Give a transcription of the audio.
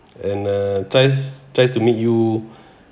and uh tries tries to make you